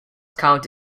county